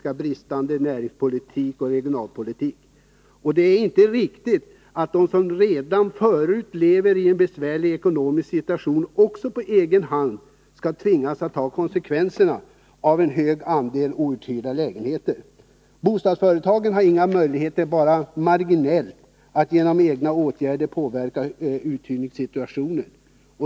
Det ä är utsatta på grund av bristande näringspolitik och inte riktigt att de som redan förut lever i en besvärlig ekonomisk situation på egen hand skall tvingas ta konsekvenserna av en stor andel outhyrda lägenheter. Bostadsföretagen har inga möjligheter — i varje fall bara marginella — att genom egna åtgärder påverka uthyrningssituationen.